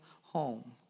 home